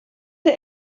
der